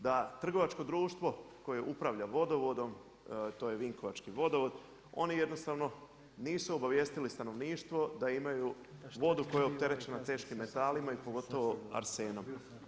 Da trgovačko društvo koje upravlja vodovodom, to je Vinkovački vodovod, oni jednostavno nisu obavijestili stanovništvo da imaju vodu koja je opterećena teškim metalima i pogotovo arsenom.